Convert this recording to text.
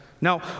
Now